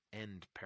End